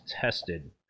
tested